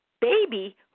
baby